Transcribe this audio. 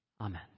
Amen